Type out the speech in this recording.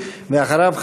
ואחריו,